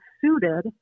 suited